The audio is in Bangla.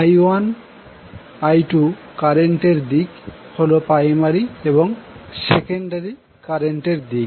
I1 I2কারেন্ট এর দিক হল প্রাইমারি এবং সেকেন্ডারি কারেন্টের দিক